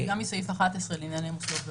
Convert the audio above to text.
גם מסעיף 11 לענייני מוסדות רווחה.